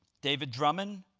david drummond,